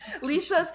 lisa's